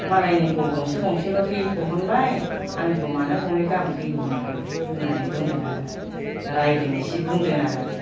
मालायनिखौ गंसे गंसेल' थै दिहुनबाय आंनिखौ मानो गंनै गाहाम थै दिहुनखो होननानै बुंदों आरो आङो रायदों इसे बुंदों आरो आङो